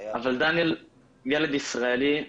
אבל דניאל הוא ילד ישראלי.